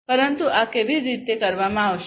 પરંતુ આ કેવી રીતે કરવામાં આવશે